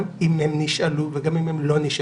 גם אם הם נשאלו וגם אם הם לא נשאלו,